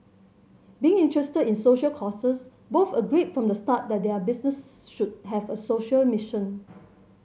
being interested in social causes both agreed from the start that their business should have a social mission